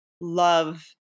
love